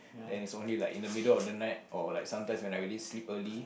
then it's only like in the middle of the night or like sometimes when I already like sleep early